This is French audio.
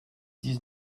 dix